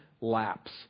lapse